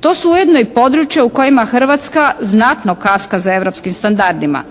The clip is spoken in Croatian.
To su ujedno i područja u kojima Hrvatska znatno kaska za europskim standardima.